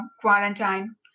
quarantine